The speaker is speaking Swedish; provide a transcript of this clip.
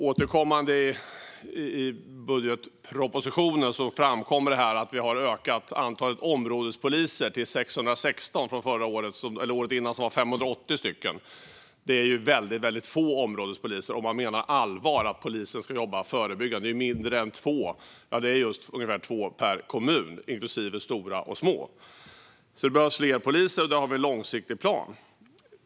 Återkommande i budgetpropositionen framkommer det att vi har ökat antalet områdespoliser till 616 från året innan, då det var 580 stycken. Det är väldigt få områdespoliser om man menar allvar med att polisen ska jobba förebyggande. Det är ungefär två per kommun, stora som små. Det behövs alltså fler poliser, och där har vi en långsiktig plan.